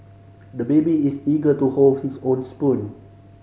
the baby is eager to hold his own spoon